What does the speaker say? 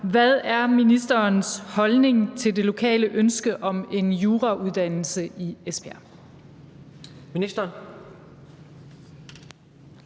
Hvad er ministerens holdning til det lokale ønske om en jurauddannelse i Esbjerg? Kl.